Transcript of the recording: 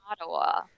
Ottawa